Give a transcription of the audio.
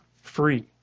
free